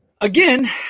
again